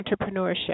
entrepreneurship